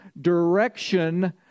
direction